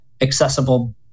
accessible